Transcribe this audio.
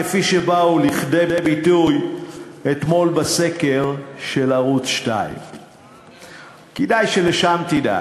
כפי שבאו לידי ביטוי אתמול בסקר של ערוץ 2. כדאי ששם תדאג.